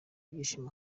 ibyishimo